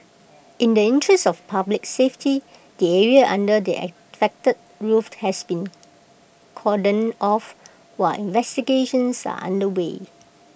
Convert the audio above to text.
in the interest of public safety the area under the affected roof has been cordoned off while investigations are underway